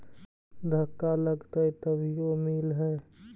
धक्का लगतय तभीयो मिल है?